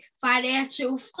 financial